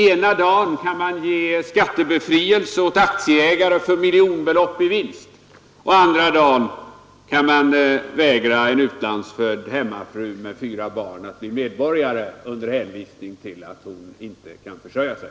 Ena dagen kan man ge skattebefrielse åt aktieägare för miljonbelopp i vinst, och andra dagen kan man vägra en utlandsfödd hemmafru med fyra barn att bli medborgare under hänvisning till att hon inte kan försörja sig.